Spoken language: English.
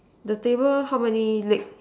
the table how many legs